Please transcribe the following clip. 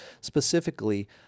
specifically